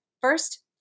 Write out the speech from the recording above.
First